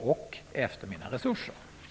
och efter mina resurser.